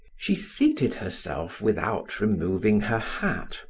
she seated herself without removing her hat,